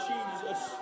Jesus